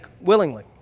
willingly